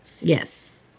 Yes